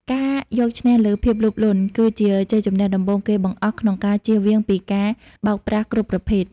ការយកឈ្នះលើ "ភាពលោភលន់" គឺជាជ័យជម្នះដំបូងគេបង្អស់ក្នុងការចៀសវាងពីការបោកប្រាស់គ្រប់ប្រភេទ។